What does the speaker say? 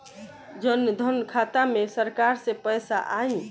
जनधन खाता मे सरकार से पैसा आई?